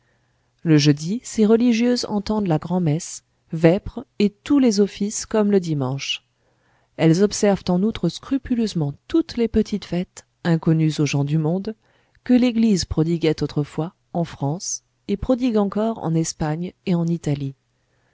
le jeudi ces religieuses entendent la grand'messe vêpres et tous les offices comme le dimanche elles observent en outre scrupuleusement toutes les petites fêtes inconnues aux gens du monde que l'église prodiguait autrefois en france et prodigue encore en espagne et en italie